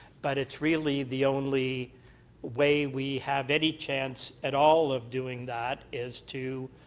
but it's really the only way we have any chance at all of doing that is to